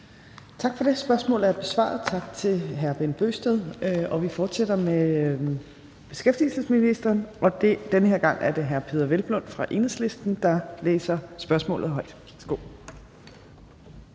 Tak for det. Spørgsmålet er besvaret. Tak til hr. Bent Bøgsted. Vi fortsætter med beskæftigelsesministeren, og den her gang er det hr. Peder Hvelplund fra Enhedslisten, der er spørger.